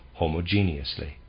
homogeneously